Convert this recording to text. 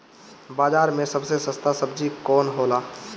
बाजार मे सबसे सस्ता सबजी कौन होला?